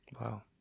Wow